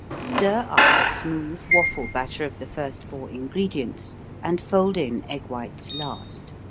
stir up a smooth waffle batter of the first four ingredients and fold in egg whites last.